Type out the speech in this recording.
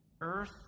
Earth